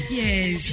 yes